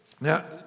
Now